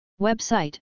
Website